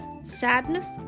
sadness